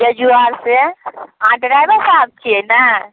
जजुआर से अहाँ ड्राइवर साहब छियै ने